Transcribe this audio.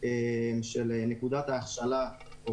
של רגע ההכשלה.